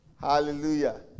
Hallelujah